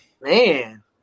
Man